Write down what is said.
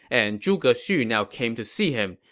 and zhuge xu now came to see him.